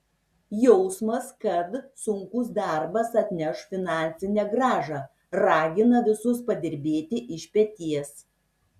jausmas kad sunkus darbas atneš finansinę grąžą ragina visus padirbėti iš peties